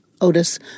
otis